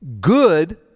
good